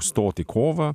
stot į kovą